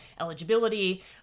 eligibility